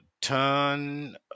ton